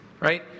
right